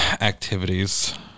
activities